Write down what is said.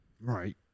Right